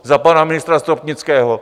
Za pana ministra Stropnického?